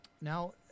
now